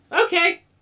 Okay